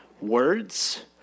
words